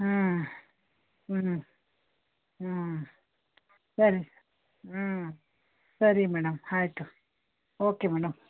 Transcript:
ಹ್ಞೂ ಹ್ಞೂ ಹ್ಞೂ ಸರಿ ಹ್ಞೂ ಸರಿ ಮೇಡಮ್ ಆಯಿತು ಓಕೆ ಮೇಡಮ್